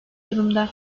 durumda